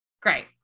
Great